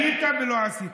היית ולא עשית.